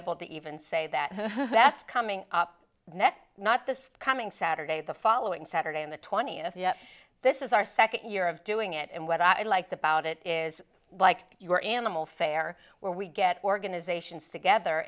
able to even say that that's coming up next not this coming saturday the following saturday on the twentieth yet this is our second year of doing it and what i liked about it is like your animal fair where we get organizations together